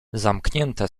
zamknięte